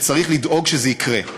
וצריך לדאוג שזה יקרה.